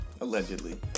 Allegedly